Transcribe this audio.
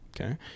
Okay